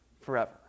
forever